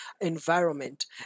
environment